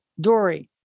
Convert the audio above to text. Dory